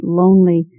lonely